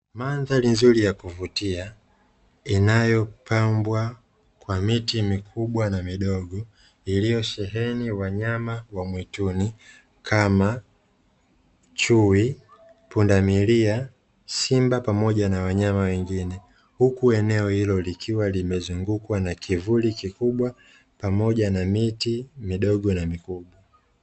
Mandhari nzuri ya kuvutia inayopambwa kwa miti mikubwa na midogo, iliyosheheni wanyama wa mwituni kama chui, pundamilia, simba pamoja na wanyama wengine huku eneo hilo likiwa limezungukwa na kivuli kikubwa pamoja na miti midogo na mikubwa.